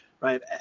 right